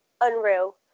unreal